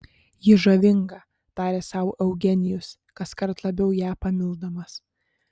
ji žavinga tarė sau eugenijus kaskart labiau ją pamildamas